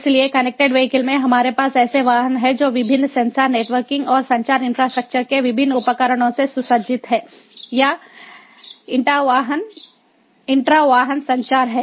इसलिए connected vehicle में हमारे पास ऐसे वाहन हैं जो विभिन्न सेंसर नेटवर्किंग और संचार इंफ्रास्ट्रक्चर के विभिन्न उपकरणों से सुसज्जित हैं या इंट्रा वाहन संचार हैं